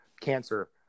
cancer